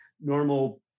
normal